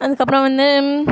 அதுக்கு அப்புறம் வந்து